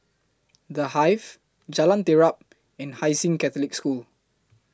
The Hive Jalan Terap and Hai Sing Catholic School